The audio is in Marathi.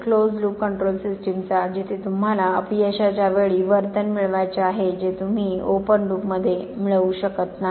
क्लोज्ड लूप कंट्रोल सिस्टीमचे जिथे तुम्हाला अपयशाच्या वेळी वर्तन मिळवायचे आहे जे तुम्ही ओपन लूपमध्ये मिळवू शकत नाही